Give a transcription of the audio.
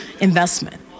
investment